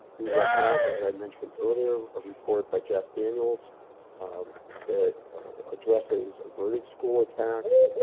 we will have, as i mentioned earlier, a report by jeff daniels that addresses averted school attacks,